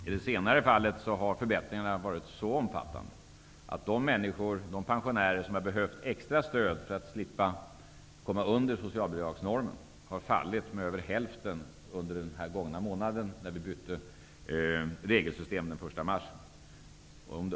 I det senare fallet har förbättringarna varit så omfattande att de pensionärer som har behövt extra stöd för att slippa hamna under socialbidragsnormen, har minskat med över hälften under den gångna månaden sedan vi bytte regelsystem den 1 mars.